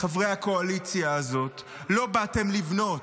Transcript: חברי הקואליציה הזאת, לא באתם לבנות.